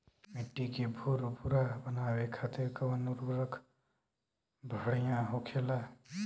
मिट्टी के भूरभूरा बनावे खातिर कवन उर्वरक भड़िया होखेला?